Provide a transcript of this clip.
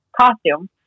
costume